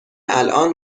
الان